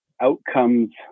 outcomes